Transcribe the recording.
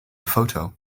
photo